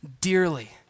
dearly